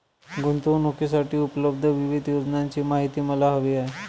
गुंतवणूकीसाठी उपलब्ध विविध योजनांची माहिती मला हवी आहे